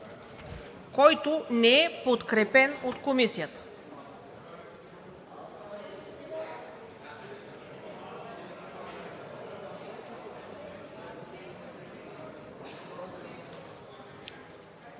който не е подкрепен от Комисията